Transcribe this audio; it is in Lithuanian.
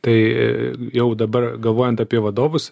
tai jau dabar galvojant apie vadovus